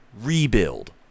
rebuild